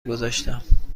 گذاشتم